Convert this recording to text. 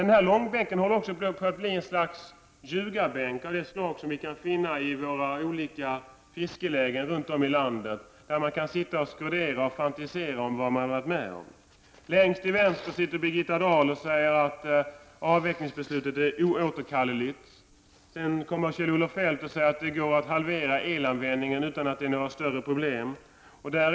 Den här långbänken håller nu på att bli en ljugarbänk av det slag som man kan finna i olika fiskelägen runt om i landet, där man kan sitta och fantisera och skrodera över vad man varit med om. Längst till vänster sitter Birgitta Dahl och säger att avvecklingsbeslutet är oåterkalleligt. Sedan kommer Kjell-Olof Feldt och säger att det utan några större problem är möjligt att halvera elanvändningen.